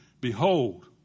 behold